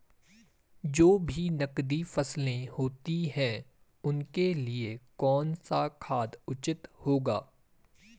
जो भी नकदी फसलें होती हैं उनके लिए कौन सा खाद उचित होगा?